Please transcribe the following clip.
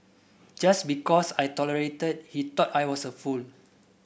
just because I tolerated he thought I was a fool